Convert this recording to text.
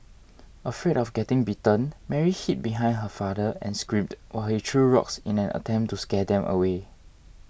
afraid of getting bitten Mary hid behind her father and screamed while he threw rocks in an attempt to scare them away